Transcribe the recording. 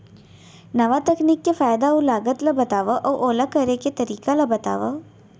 नवा तकनीक के फायदा अऊ लागत ला बतावव अऊ ओला करे के तरीका ला बतावव?